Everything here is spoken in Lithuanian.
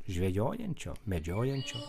žvejojančio medžiojančio